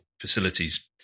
facilities